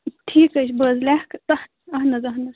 ٹھیٖک حظ چھِ بہٕ حظ لیکھٕ تَتھ اَہن حظ اَہن حظ